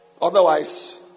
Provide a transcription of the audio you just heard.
Otherwise